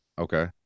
Okay